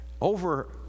Over